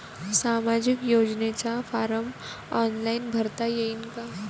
सामाजिक योजनेचा फारम ऑनलाईन भरता येईन का?